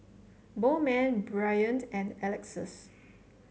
Bowman Bryant and Alexus